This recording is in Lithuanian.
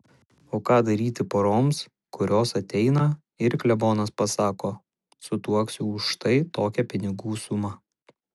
o ką daryti poroms kurios ateina ir klebonas pasako sutuoksiu už štai tokią pinigų sumą